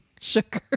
sugar